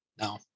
no